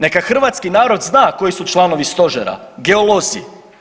Neka hrvatski narod zna koji su članovi stožera, geolozi.